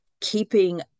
keeping